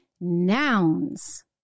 nouns